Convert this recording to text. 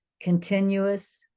continuous